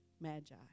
magi